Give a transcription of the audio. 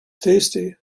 tasty